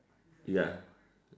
ya